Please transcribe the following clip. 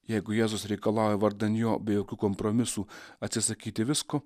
jeigu jėzus reikalauja vardan jo be jokių kompromisų atsisakyti visko